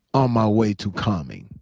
on my way to comedy,